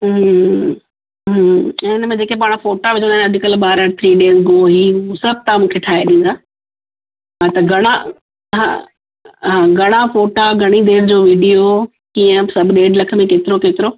हूं हूं ऐं इनमें जेके पाण फ़ोटा विझंदा आहिनि अॼकल्ह ॿार थ्री डेज़ गो ही हू सभु तव्हां मूंखे ठाहे ॾींदा हा त घणां हा हा घणां फ़ोटा घणीं डेज़ जो वीडियो कीअं सभु ॾेढु लखु में केतिरो केतिरो